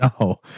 No